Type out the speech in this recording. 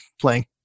playing